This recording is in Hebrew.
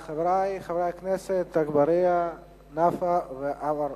חברי חברי הכנסת אגבאריה, נפאע ועמאר,